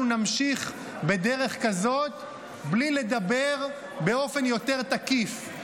נמשיך בדרך כזאת בלי לדבר באופן יותר תקיף,